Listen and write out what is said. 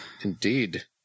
Indeed